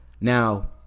Now